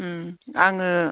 उम आङो